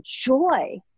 joy